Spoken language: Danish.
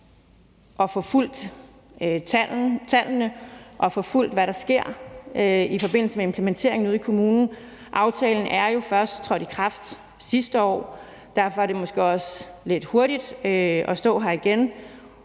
at få fulgt tallene og få fulgt, hvad der sker i forbindelse med implementeringen ude i kommunen. Aftalen er jo først trådt i kraft sidste år, og derfor er det måske også lidt hurtigt at stå her igen